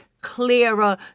clearer